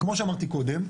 כמו שאמרתי קודם,